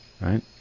right